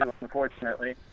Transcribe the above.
unfortunately